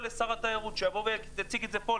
מגוון של פעולות שמשרד התיירות סבר שצריך לעשות.